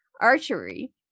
archery